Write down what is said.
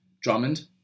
Drummond